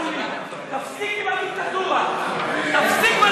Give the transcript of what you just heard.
יולי, תפסיק עם הדיקטטורה, תפסיק כבר